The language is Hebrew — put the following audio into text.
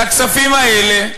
על הכספים האלה,